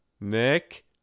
Nick